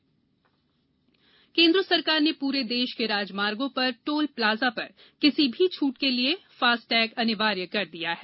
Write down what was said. FASTag toll केन्द्र सरकार ने पूरे देश के राजमागोँ पर टोल प्लााजा पर किसी भी छूट के लिए फास्टैग अनिवार्य कर दिया है